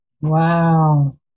Wow